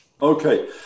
Okay